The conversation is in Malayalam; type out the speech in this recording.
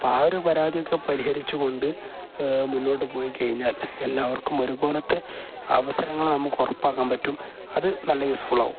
അപ്പം ആ ഒരു പരാതിയൊക്കെ പരിഹരിച്ചു കൊണ്ട് മുന്നോട്ട് പോയിക്കഴിഞ്ഞാൽ എല്ലാവർക്കും ഒരുപോലത്തെ അവസരങ്ങൾ നമുക്ക് ഉറപ്പാക്കാൻ പറ്റും അത് നല്ല യൂസ്ഫുൾ ആവും